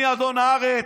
אני אדון הארץ.